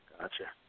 Gotcha